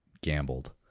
gambled